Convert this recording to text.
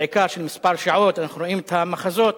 בעיקר של מספר שעות, אנחנו רואים את המחזות,